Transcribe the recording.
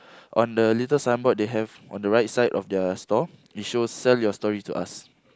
on the little signboard they have on the right side of their store it shows sell your stories to us